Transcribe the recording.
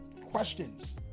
questions